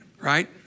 right